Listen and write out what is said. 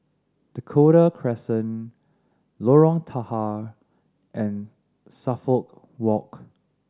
Dakota Crescent Lorong Tahar and Suffolk Walk